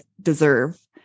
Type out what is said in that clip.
deserve